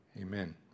Amen